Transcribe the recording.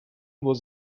was